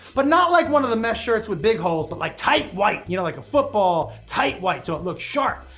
but not like one of the mesh shirts with big holes but like tight white, you know? like a football tight white so it looks sharp.